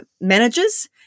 managers